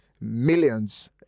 millions